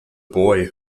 boy